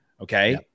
okay